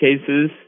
cases